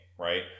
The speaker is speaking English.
Right